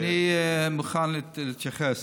אבל אני מוכן להתייחס.